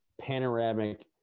panoramic